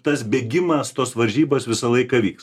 tas bėgimas tos varžybos visą laiką vyks